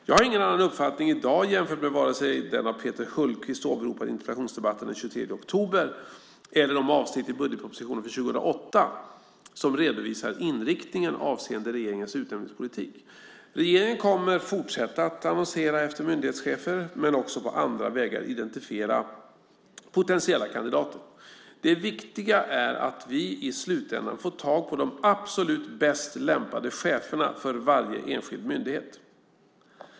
Jag har ingen annan uppfattning i dag jämfört med vare sig den av Peter Hultqvist åberopade interpellationsdebatten den 23 oktober eller de avsnitt i budgetpropositionen för 2008 som redovisar inriktningen avseende regeringens utnämningspolitik. Regeringen kommer att fortsätta att annonsera efter myndighetschefer, men också på andra vägar identifiera potentiella kandidater. Det viktiga är att vi i slutändan får tag på de absolut bäst lämpade cheferna för varje enskild myndighet.